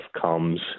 comes